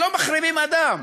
לא מחרימים אדם.